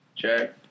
Check